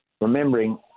Remembering